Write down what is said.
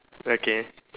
okay